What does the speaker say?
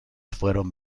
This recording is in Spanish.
fueron